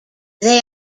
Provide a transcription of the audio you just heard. they